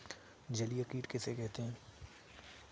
जलीय कीट किसे कहते हैं?